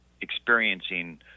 experiencing